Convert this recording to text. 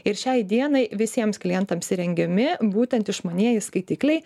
ir šiai dienai visiems klientams įrengiami būtent išmanieji skaitikliai